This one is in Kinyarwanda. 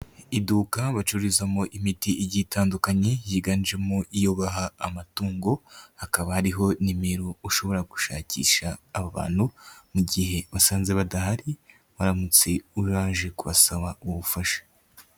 Iduka bacururizamo imiti igiye itandukanye yiganjemo iyo baha amatungo, hakaba ariho nimero ushobora gushakisha abantu mu gihe wasanze badahari, waramutse uraje kubasaba ubufasha.